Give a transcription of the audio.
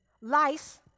Lice